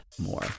more